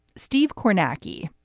steve kornacki,